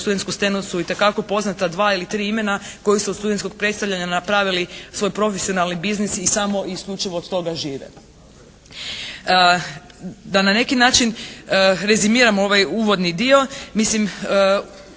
studentsku scenu su itekako poznata dva ili tri imena koji su od studentskog predstavljanja napravili svoj profesionalni biznis i samo i isključivo od toga žive. Da na neki način rezimiram ovaj uvodni dio.